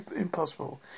impossible